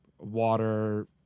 water